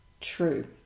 true